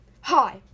hi